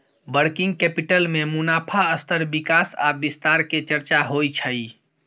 working capital में मुनाफ़ा स्तर विकास आ विस्तार के चर्चा होइ छइ